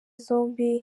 zombi